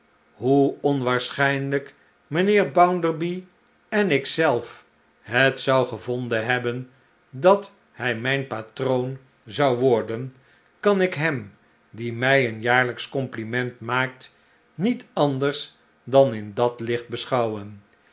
hoe onwaarschijnlijk mijnheer bounderby en ik zelf het zou gevonden hebben dat hi mijn patroon zou worden kan ik hem die mi een jaarlijksch compliment maakt niet anders dan in dat licht beschouwen